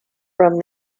from